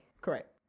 Correct